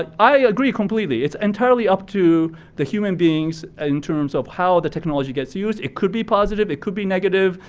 i agree completely, it's entirely up to the human beings, in terms of how the technology gets used, it could be positive, it could be negative.